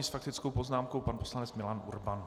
S faktickou poznámkou pan poslanec Milan Urban.